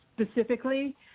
specifically